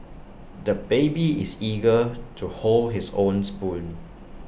the baby is eager to hold his own spoon